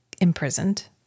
imprisoned